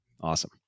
Awesome